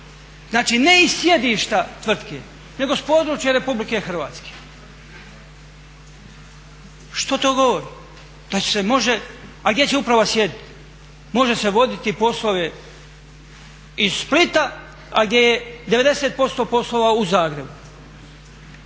Znači, ne iz sjedišta tvrtke, nego s područja RH. Što to govori? A gdje će uprava sjediti? Može se voditi poslove iz Splita, a gdje je 90% poslova u Zagrebu